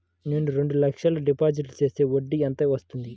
నేను రెండు లక్షల డిపాజిట్ చేస్తే వడ్డీ ఎంత వస్తుంది?